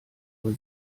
uhr